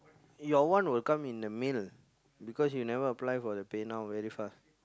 your one will come in the mail because you never apply for the Pay-Now very fast